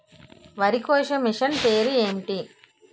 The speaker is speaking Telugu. వరి కోసే మిషన్ పేరు ఏంటి